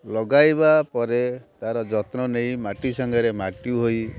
ଲଗାଇବା ପରେ ତା'ର ଯତ୍ନ ନେଇ ମାଟି ସାଙ୍ଗରେ ମାଟି ହୋଇ